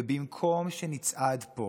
במקום שנצעד פה